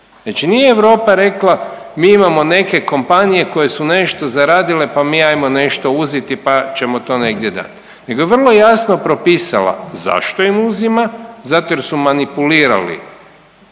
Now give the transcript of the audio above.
Znači nije Europa rekla mi imamo neke kompanije koje su nešto zaradile pa mi hajmo nešto uzeti pa ćemo to negdje dati, nego je vrlo jasno propisala zašto im uzima. Zato jer su manipulirali